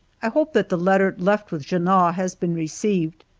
i hope that the letter left with junot has been received,